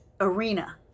arena